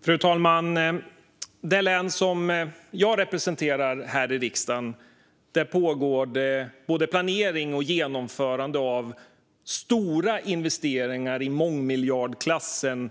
Fru talman! I det län som jag representerar här i riksdagen pågår det både planering och genomförande av stora investeringar i mångmiljardklassen